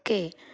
के